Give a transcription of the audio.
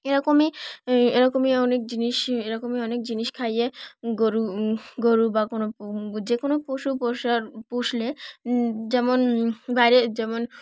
এরকমই এরকমই অনেক জিনিস এরকমই অনেক জিনিস খাইয়ে গরু গরু বা কোনো যে কোনো পশু পোষার পুষলে যেমন বাইরে যেমন